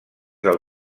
del